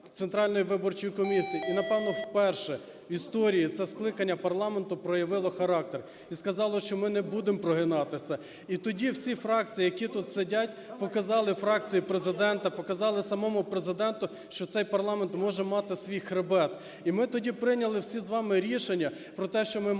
Центральної виборчої комісії. І, напевно, вперше в історії це скликання парламенту проявило характер і сказало, що ми не будемо прогинатися. І тоді всі фракції, які тут сидять, показали фракції Президента, показали самому Президенту, що цей парламент може мати свій хребет. І ми тоді прийняли всі з вами рішення про те, що ми маємо